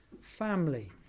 family